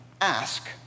Ask